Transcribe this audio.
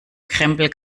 krempel